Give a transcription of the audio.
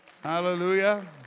Hallelujah